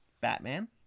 Batman